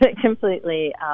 completely